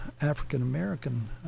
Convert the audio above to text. African-American